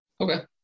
Okay